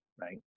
right